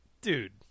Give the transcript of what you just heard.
dude